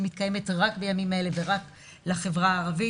שמתקיימת רק בימים אלה ורק לחברה הערבית.